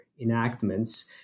enactments